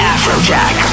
Afrojack